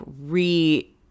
re